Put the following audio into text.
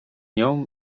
nią